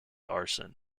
arson